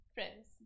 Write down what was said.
Friends